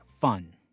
fun